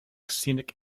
scenic